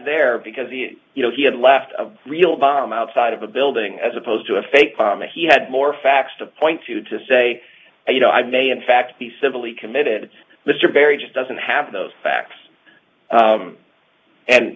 there because he you know he had left a real bomb outside of a building as opposed to a fake bomb and he had more facts to point to to say you know i may in fact be civilly committed mr barry just doesn't have those facts